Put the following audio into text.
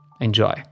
Enjoy